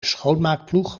schoonmaakploeg